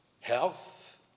health –